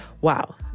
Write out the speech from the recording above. Wow